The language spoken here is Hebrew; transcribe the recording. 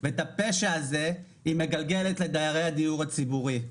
ואת הפשע הזה היא מגלגלת לדיירי הדיור הציבורי,